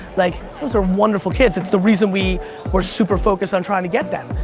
like those are wonderful kids. it's the reason we were super focused on trying to get them.